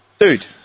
Dude